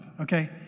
okay